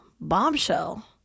bombshell